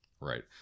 right